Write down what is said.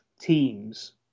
teams